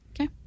Okay